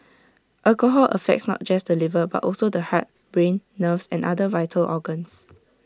alcohol affects not just the liver but also the heart brain nerves and other vital organs